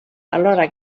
alhora